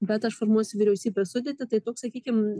bet aš formuosiu vyriausybės sudėtį tai toks sakykim